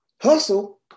hustle